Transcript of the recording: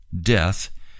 death